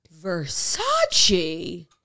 Versace